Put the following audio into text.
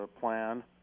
plan